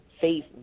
faith